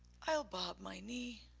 i'll bob my knee.